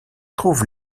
trouve